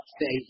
say